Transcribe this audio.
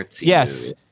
yes